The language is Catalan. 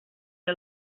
era